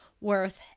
worth